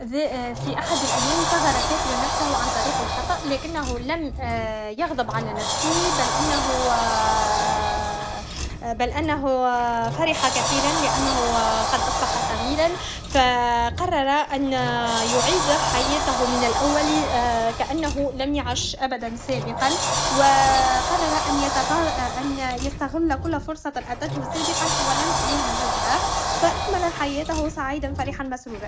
في أحد الأيام، صغَّر ساحر نفسه عن طريق الخطأ.لكنه لم يغضب على نفسه بل انه بل انه فرح كثيرا لانه قد اصبح صغيرا فقرر ان يعيد حياته من الأول كانه لم يعش ابدا سابقا و قرر ان ان يستغل كل فرصة اتته سابقا و لم ينجزها فاكمل حياته سعيدا فرحا مسرورا